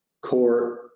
court